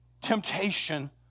temptation